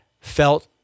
felt